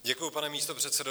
Děkuji, pane místopředsedo.